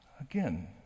again